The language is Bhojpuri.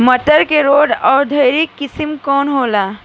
मटर के रोग अवरोधी किस्म कौन होला?